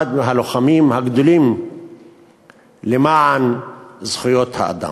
אחד הלוחמים הגדולים למען זכויות האדם.